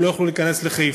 הן לא יוכלו להיכנס לחיפה.